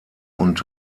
und